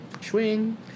Swing